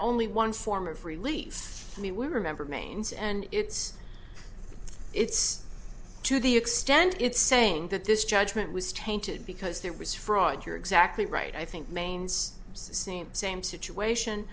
only one form of relief i mean we remember mainz and it's it's to the extent it's saying that this judgment was tainted because there was fraud you're exactly right i think maine's same same situation